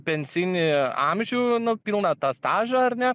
pensijinį amžių na pilną tą stažą ar ne